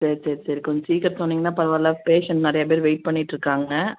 சரி சரி சரி கொஞ்சம் சீக்கிரம் சொன்னிங்கன்னால் பரவாயில்ல பேஷண்ட் நிறையா பேர் வெயிட் பண்ணிகிட்ருக்காங்க